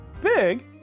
big